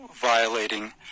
violating